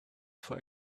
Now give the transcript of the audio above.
for